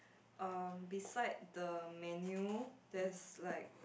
um beside the menu there's like